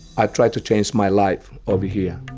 i tried to change my life over here,